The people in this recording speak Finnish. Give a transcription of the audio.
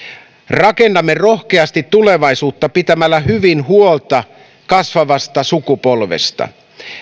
rakennamme rohkeasti tulevaisuutta pitämällä hyvin huolta kasvavasta sukupolvesta